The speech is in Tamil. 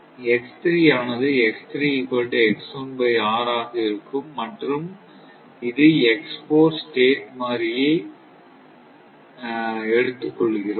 ஆனது ஆக இருக்கும் மற்றும் இது ஸ்டேட் மாறியை எடுத்துக் கொள்கிறோம்